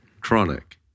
Chronic